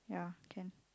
ya can